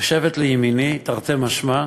שיושבת לימיני, תרתי משמע,